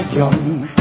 young